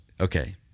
okay